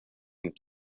and